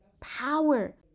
Power